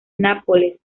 nápoles